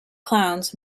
clowns